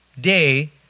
day